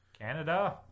Canada